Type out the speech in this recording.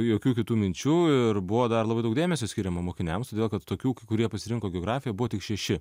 jokių kitų minčių ir buvo dar labai daug dėmesio skiriama mokiniams todėl kad tokių kurie pasirinko geografiją buvo tik šeši